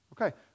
Okay